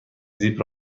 زیپ